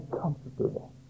comfortable